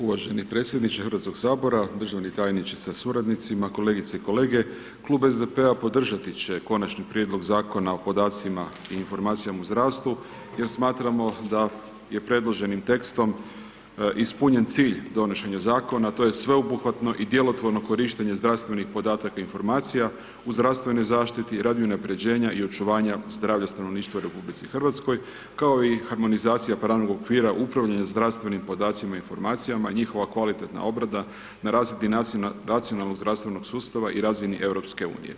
Uvaženi predsjedniče HS-a, državni tajniče sa suradnicima, kolegice i kolege, klub SDP-a podržati će Konačni prijedlog Zakona o podacima i informacijama u zdravstvu jer smatramo da je predloženim tekstom ispunjen cilj donošenja Zakona, to je sveobuhvatno i djelotvorno korištenje zdravstvenih podataka i informacija u zdravstvenoj zaštiti radi unapređenja i očuvanja zdravlja stanovništva u RH, kao i harmonizacija pravnog okvira upravljanja zdravstvenim podacima i informacijama, njihova kvalitetna obrada na razini racionalnog zdravstvenog sustava i razini EU.